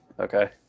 Okay